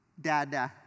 dada